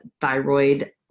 thyroid